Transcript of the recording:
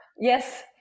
yes